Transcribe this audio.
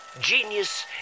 Genius